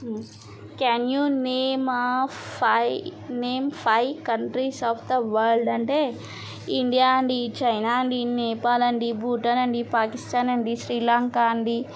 can you name of five name five countries of the world అంటే India అండి China అండి నేపాల్ అండి భూటాన్ అండి పాకిస్తాన్ అండి శ్రీలంక అండి